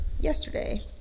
Yesterday